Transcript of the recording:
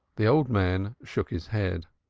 the old man shook his head,